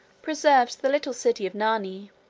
preserved the little city of narni